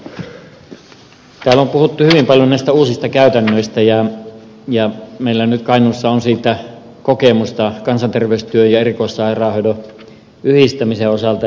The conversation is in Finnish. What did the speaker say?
täällä on puhuttu hyvin paljon näistä uusista käytännöistä ja meillä nyt kainuussa on siitä kokemusta kansanterveystyön ja erikoissairaanhoidon yhdistämisen osalta